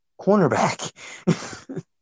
cornerback